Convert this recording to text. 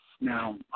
Now